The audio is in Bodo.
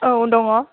औ दङ